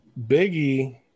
Biggie